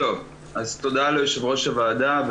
תודה ליושבת-ראש הוועדה.